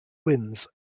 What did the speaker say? wins